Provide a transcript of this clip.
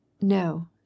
No